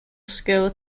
school